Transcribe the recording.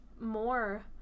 more